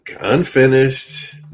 unfinished